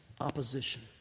opposition